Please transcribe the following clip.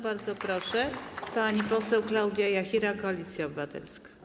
Bardzo proszę, pani poseł Klaudia Jachira, Koalicja Obywatelska.